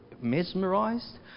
mesmerized